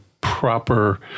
proper